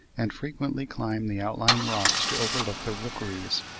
and frequently climb the outlying rocks to overlook the rookeries,